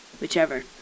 whichever